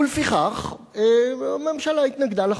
ולפיכך, הממשלה התנגדה לחוק.